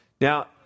Now